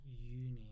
uni